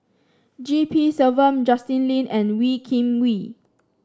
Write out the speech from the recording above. G P Selvam Justin Lean and Wee Kim Wee